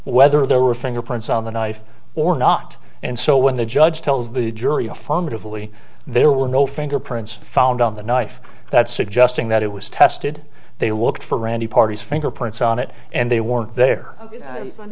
whether there were fingerprints on the knife or not and so when the judge tells the jury a fund to fully there were no fingerprints found on the knife that's suggesting that it was tested they looked for randi parties fingerprints on it and they weren't there the